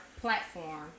platform